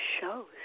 shows